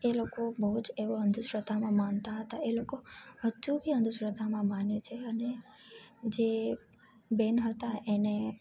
એ લોકો બહુ જ એવો અન્ધશ્રદ્ધામાં માનતા હતા એ લોકો હજુ બી અંધશ્રદ્ધામાં માને છે અને જે બેન હતા એને